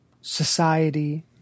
society